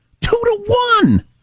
two-to-one